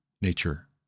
nature